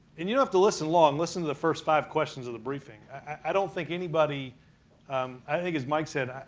and you don't have to listen long. listen to the first five questions of the briefing. i don't think anybody um i think as mike said,